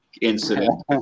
incident